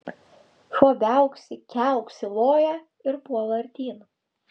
šuo viauksi kiauksi loja ir puola artyn